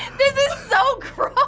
and this is so gross!